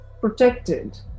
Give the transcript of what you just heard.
protected